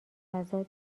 غذا